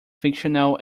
fictional